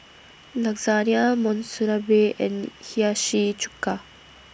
Lasagna Monsunabe and Hiyashi Chuka